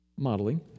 Modeling